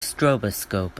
stroboscope